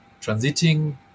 transiting